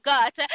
God